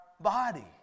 body